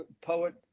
poet